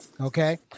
okay